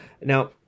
Now